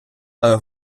але